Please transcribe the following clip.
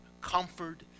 comfort